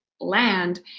land